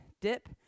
dip